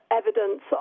evidence